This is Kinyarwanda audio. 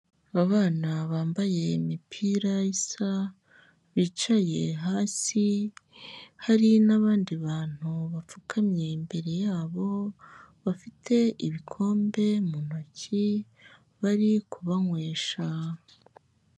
Abana bambaye imipira isa bicaye hasi, hari n'abandi bantu bapfukamye imbere yabo, bafite ibikombe mu ntoki bari kubanywesha.